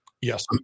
Yes